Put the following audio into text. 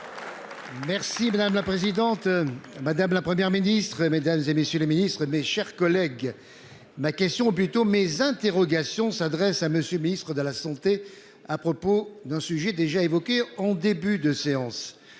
Merci madame la présidente, madame, la Première ministre et mesdames et messieurs les ministres, mes chers collègues. Ma question plutôt mes interrogations s'adresse à monsieur Ministre de la Santé à propos d'un sujet déjà évoqué en début de séance